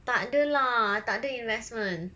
tak ada lah tak ada investment